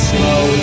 Slow